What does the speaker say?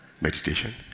meditation